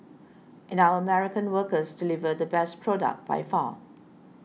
and our American workers deliver the best product by far